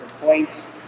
points